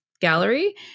gallery